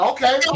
Okay